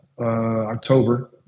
October